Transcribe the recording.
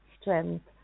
strength